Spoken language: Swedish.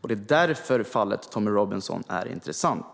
Det är därför fallet Tommy Robinson är intressant.